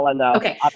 Okay